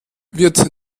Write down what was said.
wird